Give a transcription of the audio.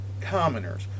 Commoners